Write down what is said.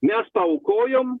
mes paaukojom